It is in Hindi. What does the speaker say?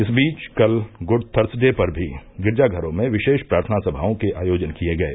इस बीच कल गुड थर्सडे पर भी गिरजाघरों में विशेष प्रार्थना सभाओं के आयोजन किये गये